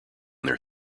their